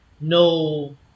no